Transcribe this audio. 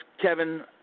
Kevin